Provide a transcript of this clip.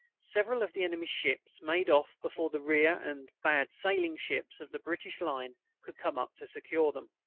several of the enemy's ships made off before the rear and bad-sailing ships of the british lines could come up to secure them.